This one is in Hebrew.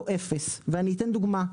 או אפס ואני אתן דוגמא,